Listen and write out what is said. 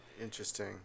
Interesting